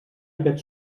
aquest